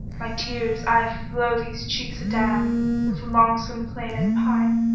my tears aye flow these cheeks adown, with longsome pain and pine,